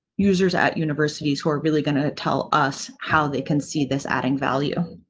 users at universities who are really going to tell us how they can see this adding value.